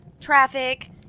traffic